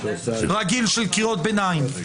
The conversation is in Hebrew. אתה